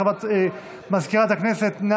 חברת הכנסת שפק?